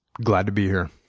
glad to be here.